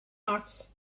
ots